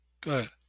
Good